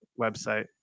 website